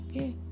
Okay